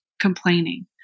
complaining